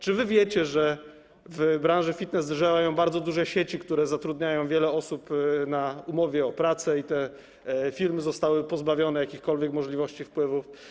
Czy wy wiecie, że w branży fitness są bardzo duże sieci, które zatrudniają wiele osób na umowę o pracę, i te firmy zostały pozbawione jakichkolwiek możliwości wpływów?